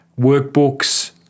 workbooks